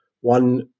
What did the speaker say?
one